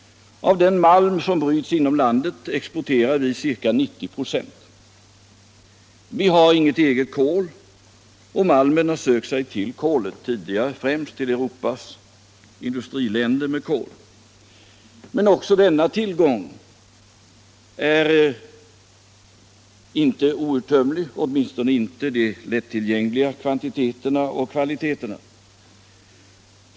Av den malm som bryts inom landet exporterar vi ca 90 96. Vi har inget eget kol, och malmen har tidigare sökt sig till kolet, främst till Europas industriländer med kol. Men inte heller denna tillgång är outtömlig, åtminstone inte de lättillgängliga kvantiteterna och kvaliteterna.